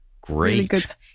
Great